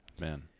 man